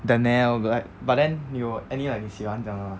danielle but like but then 你有 any like 你喜欢这样的吗